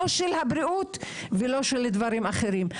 לא של הבריאות ולא של דברים אחרים,